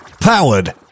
powered